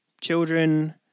children